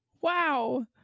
Wow